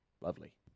Lovely